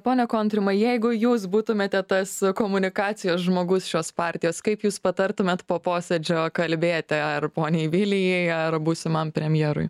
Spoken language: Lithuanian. pone kontrimai jeigu jūs būtumėte tas komunikacijos žmogus šios partijos kaip jūs patartumėt po posėdžio kalbėti ar poniai vilijai ir būsimam premjerui